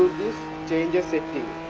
day and fifty